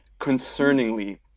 concerningly